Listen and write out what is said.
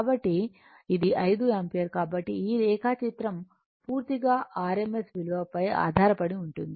కాబట్టి ఇది 5 యాంపియర్ కాబట్టి ఈ రేఖాచిత్రం పూర్తిగా ఈ rms విలువపై ఆధారపడి ఉంటుంది